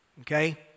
okay